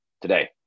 today